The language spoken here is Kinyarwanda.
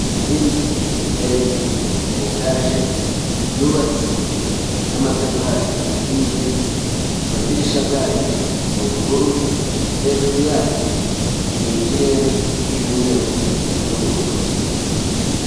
Inzu ndende ya etaje yubatse n'amatafari ahiye, amadirishya yayo ni ubururu, hejuru yayo ni ikirere cy'umweru n'ubururu.